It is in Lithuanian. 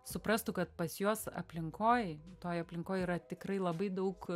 suprastų kad pas juos aplinkoj toj aplinkoj yra tikrai labai daug